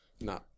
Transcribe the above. No